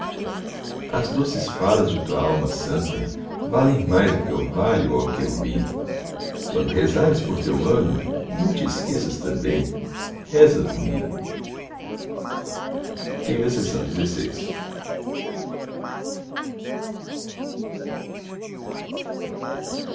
as doces falas de tua alma santa valem mais do que eu valho oh querubim quando rezares por teu mano não tesqueças também reza por mim bálsamo eu